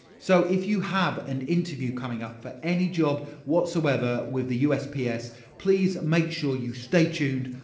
so, if you have an interview coming up for any job whatsoever with the usps, please make sure you stay tuned,